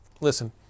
listen